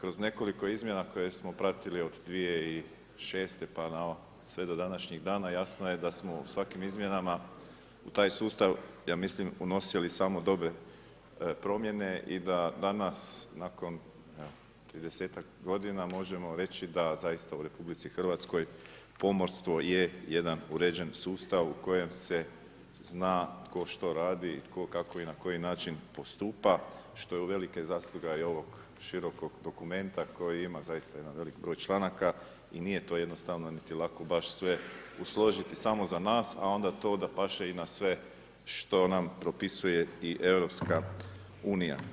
kroz nekoliko izmjena koje smo pratili od 2006. pa sve do današnjeg dana, jasno je da smo svakim izmjenama u taj sustav, ja mislim, unosili samo dobre promjene i da danas nakon 30-ak godina možemo reći da zaista u RH pomorstvo je jedan uređen sustav u kojem se zna tko što radi, tko, kako i na koji način postupa, što je uvelike zasluga i ovog širokog dokumenta koji ima zaista jedan veliki broj članaka i nije to jednostavno niti lako baš sve usložiti samo za nas a onda to da paše i na sve što nam propisuje i EU.